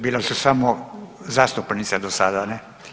Bile su samo zastupnice do sada ne.